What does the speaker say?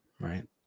Right